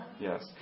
Yes